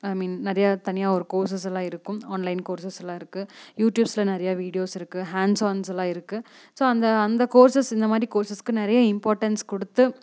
ஐ mean நிறைய தனியாக ஒரு கோர்ஸஸ் எல்லாம் இருக்கும் ஆன்லைன் கோர்ஸஸ் எல்லாம் இருக்குது யூடியூப்ல நிறைய வீடியோஸ் இருக்குது ஹேண்ட் சௌண்ட்ஸ் எல்லாம் இருக்குது ஸோ அந்த அந்த கோர்ஸஸ் இந்த மாதிரி கோர்ஸஸ்க்கு நிறைய இம்பார்ட்டன்ஸ் கொடுத்து